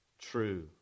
true